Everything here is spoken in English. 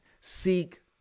seek